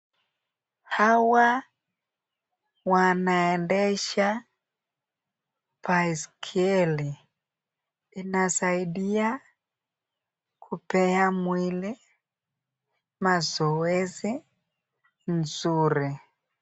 Hawa wanaendesha baiskeli. Inasaidia kupea mwili mazoezi nzuri.